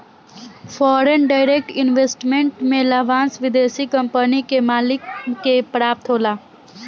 foreign direct investment में लाभांस विदेशी कंपनी के मालिक के प्राप्त होला